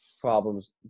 problems